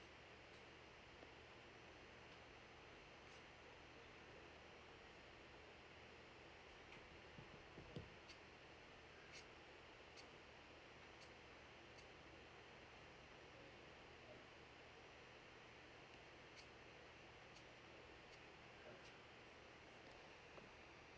mm